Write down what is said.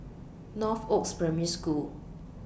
Northoaks Primary School